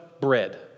bread